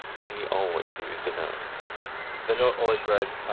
and he always used a note the note always read,